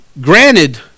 granted